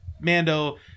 Mando